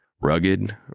rugged